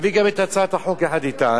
תביא גם את הצעת החוק יחד אתה.